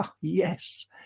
Yes